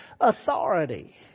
authority